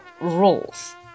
rules